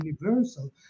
universal